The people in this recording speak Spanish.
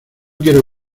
quiero